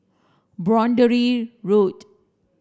Boundary Road